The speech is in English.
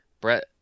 Brett